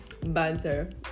banter